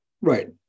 Right